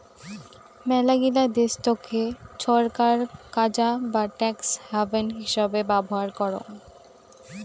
মেলাগিলা দেশতকে ছরকার কাজা বা ট্যাক্স হ্যাভেন হিচাবে ব্যবহার করং